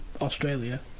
Australia